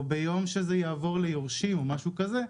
או ביום שזה יעבור ליורשים או משהו כזה,